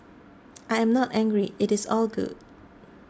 I am not angry it is all good